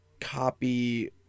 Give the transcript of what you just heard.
copy